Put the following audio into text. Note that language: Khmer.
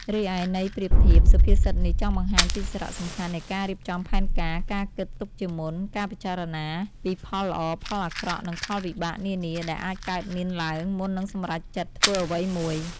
រីឯន័យប្រៀបធៀប សុភាសិតនេះចង់បង្ហាញពីសារៈសំខាន់នៃការរៀបចំផែនការ ការគិតទុកជាមុន ការពិចារណាពីផលល្អផលអាក្រក់ និងផលវិបាកនានាដែលអាចកើតមានឡើង មុននឹងសម្រេចចិត្តធ្វើអ្វីមួយ។